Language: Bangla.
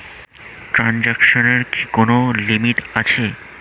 ট্রানজেকশনের কি কোন লিমিট আছে?